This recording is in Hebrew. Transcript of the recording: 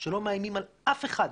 שלא מאיימים על אף אחד,